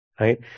right